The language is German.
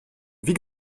wie